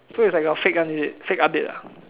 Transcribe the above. so it's like your fake one is it fake update ah